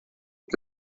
que